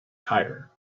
tire